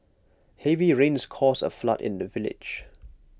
heavy rains caused A flood in the village